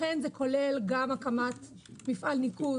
לכן זה כולל גם הקמת מפעל ניקוז.